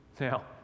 Now